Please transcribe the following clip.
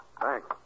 Thanks